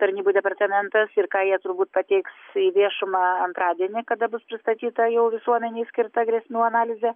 tarnybų departamentas ir ką jie turbūt pateiks į viešumą antradienį kada bus pristatyta jau visuomenei skirta grėsmių analizė